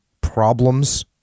problems